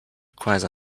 requires